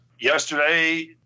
Yesterday